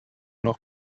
noch